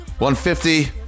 150